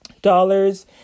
dollars